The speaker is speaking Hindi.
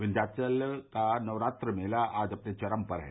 विन्याचल का नवरात्र मेला आज अपने चरम पर है